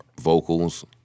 vocals